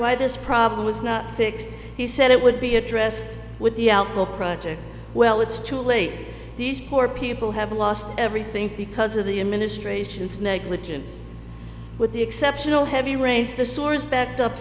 why this problem was not fixed he said it would be addressed with the out book project well it's too late these poor people have lost everything because of the administration's negligence with the exceptional heavy rains the sores backed up